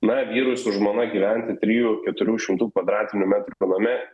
na vyrui su žmona gyventi trijų keturių šimtų kvadratinių metrų name